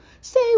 Say